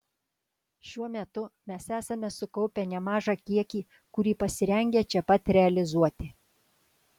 šiuo metu mes esame sukaupę nemažą kiekį kurį pasirengę čia pat realizuoti